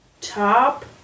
top